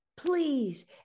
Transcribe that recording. Please